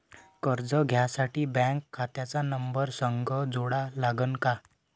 कर्ज घ्यासाठी बँक खात्याचा नंबर संग जोडा लागन का?